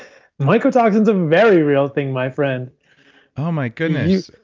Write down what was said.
mycotoxins are very real thing, my friend oh, my goodness.